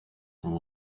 ubu